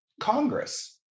Congress